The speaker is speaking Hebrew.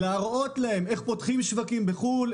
להראות להם איך פותחים שווקים בחו"ל,